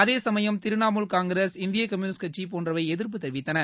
அதே சமயம் திரிணமூல் காங்கிரஸ் இந்திய கம்யூனிஸ்ட் கட்சி போன்றவை எதிா்ப்பு தெரிவித்தன